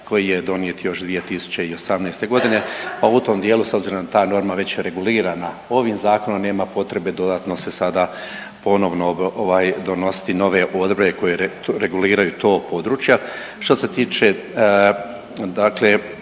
koji je donijet još 2018. godine, pa u tom dijelu s obzirom da je ta norma već regulirana ovim Zakonom nema potrebe dodatno se sada ponovno donositi nove odredbe koje reguliraju ta područja. Što se tiče dakle